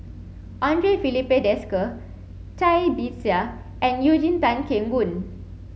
Andre Filipe Desker Cai Bixia and Eugene Tan Kheng Boon